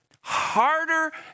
harder